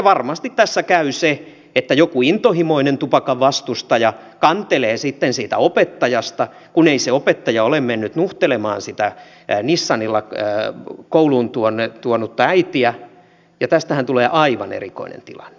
varmasti tässä käy se että joku intohimoinen tupakan vastustaja kantelee sitten opettajasta kun ei opettaja ole mennyt nuhtelemaan sitä nissanilla lapsen kouluun tuonutta äitiä ja tästähän tulee aivan erikoinen tilanne